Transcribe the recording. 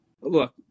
look